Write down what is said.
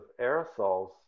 aerosols